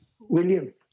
William